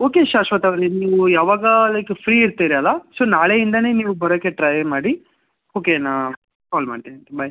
okay ಶಾಶ್ವತವರೇ ನೀವು ಯಾವಾಗ ಲೈಕ್ ಫ್ರೀ ಇರ್ತೀರಲ್ಲ ಸೊ ನಾಳೆಯಿಂದಲೇ ನೀವು ಬರೋಕ್ಕೆ ಟ್ರೈ ಮಾಡಿ ಓಕೆ ನಾ ಕಾಲ್ ಮಾಡ್ತೀನಿ ಬಾಯ್